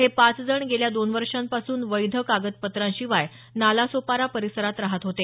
हे पाच जण गेल्या दोन वर्षांपासून वैध कागदपत्रांशिवाय नालासोपारा परिसरात रहात होते